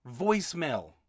voicemail